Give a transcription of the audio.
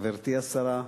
חברתי השרה,